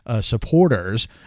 supporters